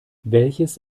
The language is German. welches